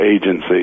Agency